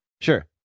sure